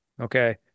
Okay